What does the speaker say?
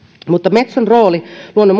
metson rooli luonnon